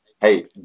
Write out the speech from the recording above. Hey